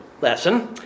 lesson